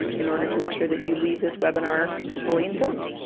in order to make sure that you leave this webinar fully informed.